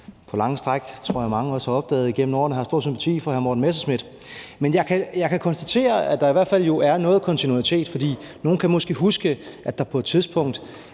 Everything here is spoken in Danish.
på lange stræk – det tror jeg mange også har opdaget igennem årene – har stor sympati for hr. Morten Messerschmidt. Men jeg kan konstatere, at der i hvert fald jo er noget kontinuitet, for nogle kan måske huske, at der på et tidspunkt